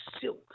silk